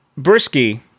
Brisky